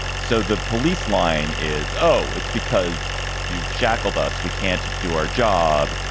so the police line is, oh, it's because you've shackled us. we can't do our job.